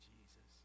Jesus